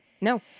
no